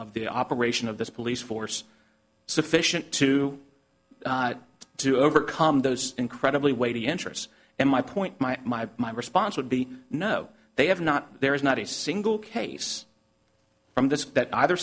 the operation of this police force sufficient to to overcome those incredibly weighty interests and my point my my my response would be no they have not there is not a single case from this that either